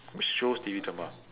watch shows T_V drama